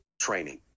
training